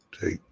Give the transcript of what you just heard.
Take